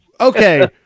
Okay